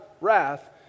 wrath